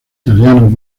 italianos